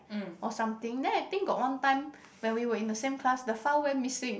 or something then I think got one time when we were in the same class the file went missing